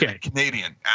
Canadian